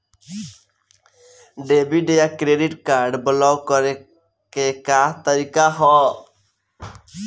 Debit या credit card block करे के का तरीका ह?